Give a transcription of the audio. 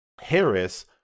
Harris